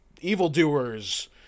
evildoers